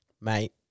Mate